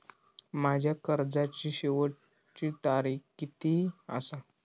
माझ्या कर्जाची शेवटची तारीख किती आसा?